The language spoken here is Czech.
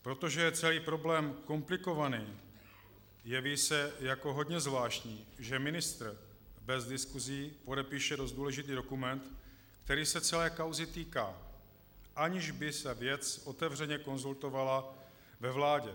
Protože je celý problém komplikovaný, jeví se jako hodně zvláštní, že ministr bez diskusí podepíše dost důležitý dokument, který se celé kauzy týká, aniž by se věc otevřeně konzultovala ve vládě.